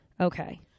Okay